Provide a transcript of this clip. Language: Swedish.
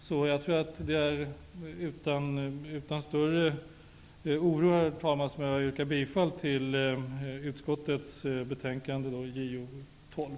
Det är utan större oro, herr talman, som jag yrkar bifall till utskottets betänkande JoU12.